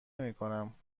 نمیکنم